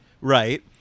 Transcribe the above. Right